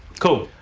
cool.